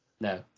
no